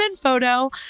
photo